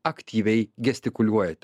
aktyviai gestikuliuojat